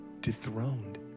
dethroned